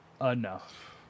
enough